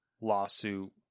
lawsuit